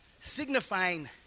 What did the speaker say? Signifying